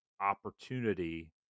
opportunity